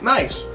Nice